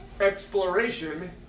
Exploration